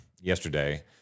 yesterday